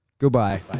goodbye